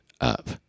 up